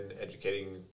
educating